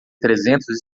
trezentos